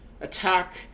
attack